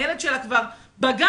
הילד שלה כבר בגן,